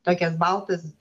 tokias baltas